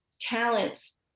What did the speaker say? talents